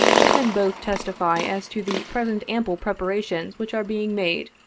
we can both testify as to the present ample preparations which are being made,